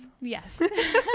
yes